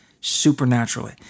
supernaturally